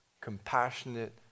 compassionate